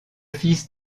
fils